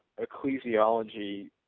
ecclesiology